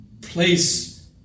place